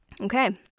Okay